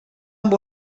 amb